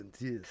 yes